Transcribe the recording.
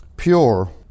pure